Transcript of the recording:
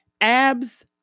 Abs